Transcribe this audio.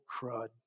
crud